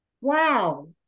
Wow